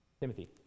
Timothy